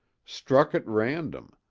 struck at random,